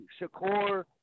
Shakur